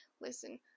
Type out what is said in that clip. Listen